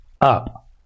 up